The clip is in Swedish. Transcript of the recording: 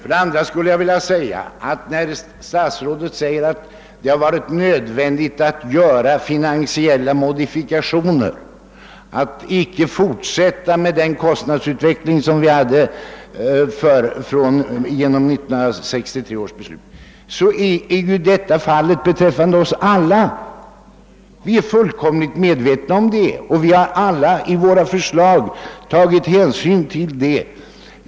Herr statsrådet säger vidare att det varit nödvändigt att göra finansiella modifikationer och att det icke var möjligt att fortsätta med den kostnadsutveckling som vi hade fastställt genom 1963 års års beslut. Den saken är vi fullkomligt medvetna om, och vi har alla i våra förslag tagit hänsyn härtill.